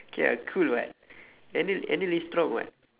okay ah cool [what] enel enel is strong [what]